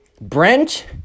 Brent